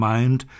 Mind